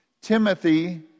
Timothy